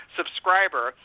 subscriber